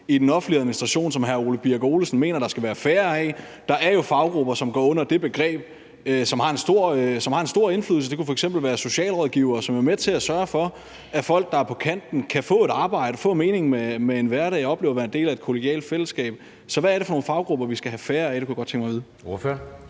i den offentlige administration, som hr. Ole Birk Olesen mener der skal være færre af? Der er jo faggrupper, som går under det begreb, og som har en stor indflydelse. Det kunne f.eks. være socialrådgivere, som jo er med til at sørge for, at folk, der er på kanten, kan få et arbejde, få en mening med hverdagen og opleve at være en del af et kollegialt fællesskab. Så hvad er det for nogle faggrupper, vi skal have færre af?